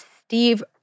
Steve